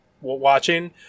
watching